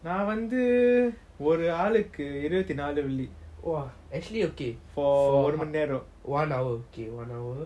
நான் வந்து ஒரு ஆளுக்கு இருவது நாலு வெள்ளி:naan vanthu oru aaluku iruvathu naalu velli !wah! actually okay for ஒருமணி நேரம்:oruman neram one hour